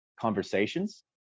conversations